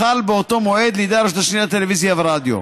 מאותו מועד, לידי הרשות השנייה לטלוויזיה ורדיו.